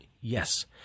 Yes